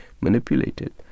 manipulated